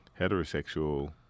heterosexual